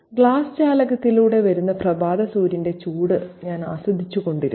glass ജാലകത്തിലൂടെ വരുന്ന പ്രഭാത സൂര്യന്റെ ചൂട് ഞാൻ ആസ്വദിച്ചുകൊണ്ടിരുന്നു